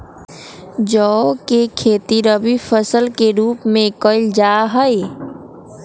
जौ के खेती रवि फसल के रूप में कइल जा हई